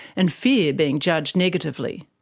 and fear being judged negatively.